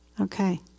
Okay